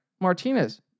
Martinez